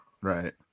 Right